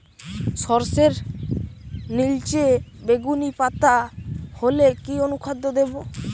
সরর্ষের নিলচে বেগুনি পাতা হলে কি অনুখাদ্য দেবো?